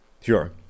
sure